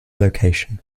location